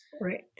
Right